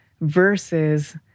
versus